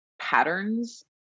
patterns